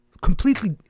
completely